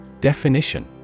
Definition